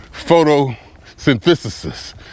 photosynthesis